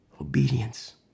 Obedience